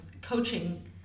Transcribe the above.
coaching